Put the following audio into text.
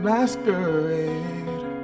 masquerade